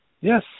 Yes